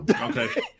Okay